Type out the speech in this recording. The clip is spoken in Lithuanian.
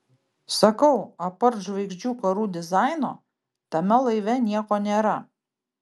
sakau apart žvaigždžių karų dizaino tame laive nieko nėra